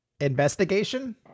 investigation